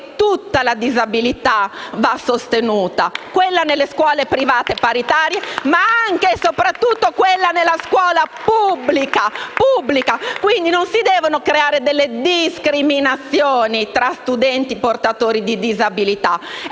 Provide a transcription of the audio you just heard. tutta la disabilità va sostenuta: quella nelle scuole private e paritarie, ma anche, e soprattutto, quella nella scuola pubblica. Quindi, non si devono creare delle discriminazioni tra studenti portatori di disabilità.